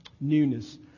newness